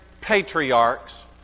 patriarchs